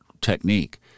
technique